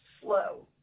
slow